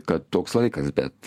kad toks laikas bet